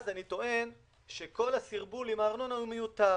אז אני טוען שכל הסרבול עם הארנונה הוא מיותר.